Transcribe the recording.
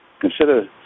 consider